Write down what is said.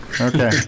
Okay